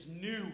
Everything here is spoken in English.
new